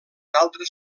altres